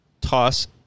toss